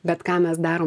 bet ką mes darom